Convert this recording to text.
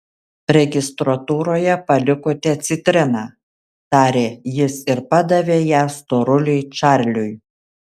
registratūroje palikote citriną tarė jis ir padavė ją storuliui čarliui